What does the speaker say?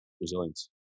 resilience